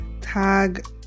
Tag